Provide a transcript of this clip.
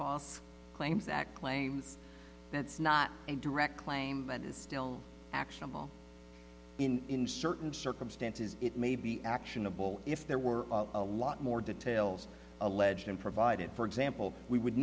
false claims that claims that's not a direct claim but is still actionable in certain circumstances it may be actionable if there were a lot more details alleged and provided for example we would